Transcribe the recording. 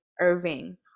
Irving